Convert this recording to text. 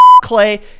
Clay